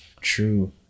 True